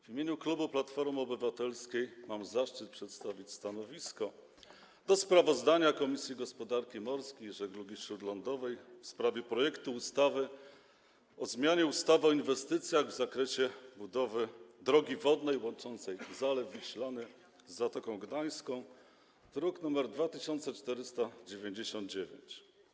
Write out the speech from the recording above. W imieniu klubu Platformy Obywatelskiej mam zaszczyt przedstawić stanowisko odnośnie do sprawozdania Komisji Gospodarki Morskiej i Żeglugi Śródlądowej w sprawie projektu ustawy o zmianie ustawy o inwestycjach w zakresie budowy drogi wodnej łączącej Zalew Wiślany z Zatoką Gdańską, druk nr 2499.